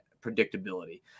predictability